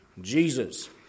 Jesus